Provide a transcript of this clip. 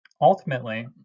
Ultimately